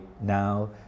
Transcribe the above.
now